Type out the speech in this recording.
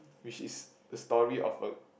which is the story of a